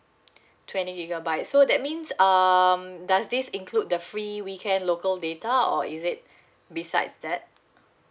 twenty gigabytes so that means um does this include the free weekend local data or is it besides that